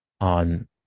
on